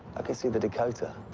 i can see the dakota.